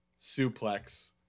suplex